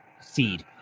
seed